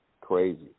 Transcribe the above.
Crazy